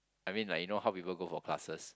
I mean like you know how people go for classes